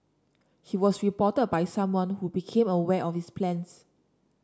he was reported by someone who became aware of his plans